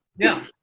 yeah.